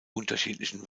unterschiedlichen